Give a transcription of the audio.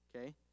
Okay